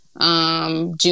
June